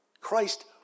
Christ